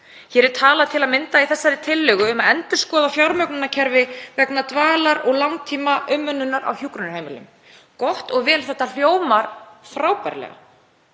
Hér er talað til að mynda í þessari tillögu um að endurskoða fjármögnunarkerfi vegna dvalar og langtímaumönnunar á hjúkrunarheimilum. Gott og vel, það hljómar frábærlega.